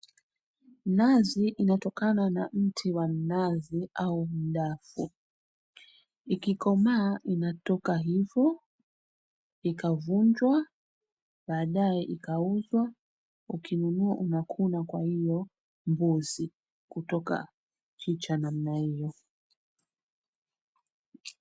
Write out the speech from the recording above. Nazi inatokana na mti wa mnazi au mdafu. Ikikomaa inatoka hivyo, ikavunjwa, baadaye ikauzwa. Ukinunua unakuna kwa hio mbuzi kutoka picha namna hio.